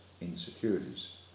insecurities